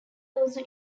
also